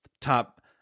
top